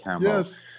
Yes